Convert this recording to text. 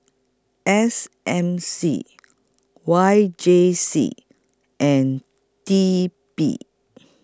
S M C Y J C and T P